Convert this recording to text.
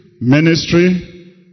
ministry